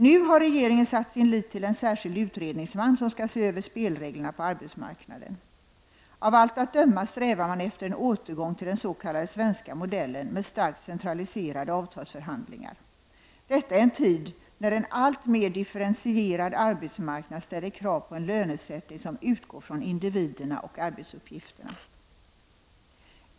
Nu har regeringen satt sin tillit till en särskild utredningsman som skall se över spelreglerna på arbetsmarknaden. Av allt att döma strävar man efter en återgång till den s.k. svenska modellen med starkt centraliserade avtalsförhandlingar — detta i en tid när en alltmer differentierad arbetsmarknad ställer krav på en lönesättning som utgår från individerna och arbetsuppgifterna.